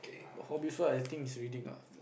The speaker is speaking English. hobby I think is reading ah